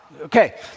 Okay